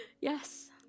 Yes